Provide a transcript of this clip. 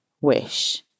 wish